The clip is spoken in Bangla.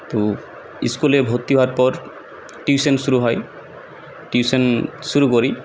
তো স্কুলে ভর্তি হওয়ার পর টিউশন শুরু হয় টিউশন শুরু করি